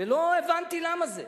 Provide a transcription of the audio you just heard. ולא הבנתי למה זה.